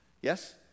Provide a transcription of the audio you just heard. yes